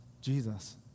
Jesus